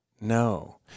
No